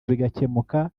bigakemuka